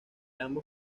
ambos